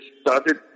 started